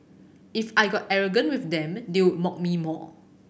if I got arrogant with them they would mock me more